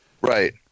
Right